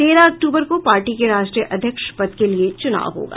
तेरह अक्टूबर को पार्टी के राष्ट्रीय अध्यक्ष पद के लिए चुनाव होगा